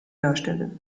darstelle